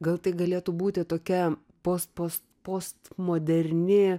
gal tai galėtų būti tokia post post postmoderni